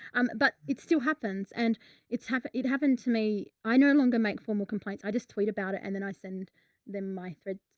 um, but it still happens and it's happened. it happened to me. i no longer make formal complaints. i just tweet about it and then i send them my thread.